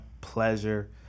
pleasure